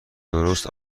درست